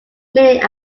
meaning